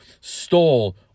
stole